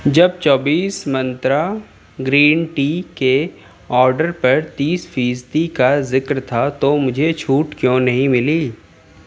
جب چوبیس Myntra green tea کے آڈر پر تیس فیصدی کا ذِکر تھا تو مجھے چُھوٹ کیوں نہیں مِلی